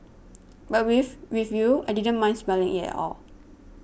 but with with you I didn't mind smelling it at all